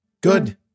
Good